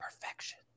perfection